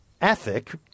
ethic